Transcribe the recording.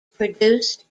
produced